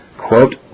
Quote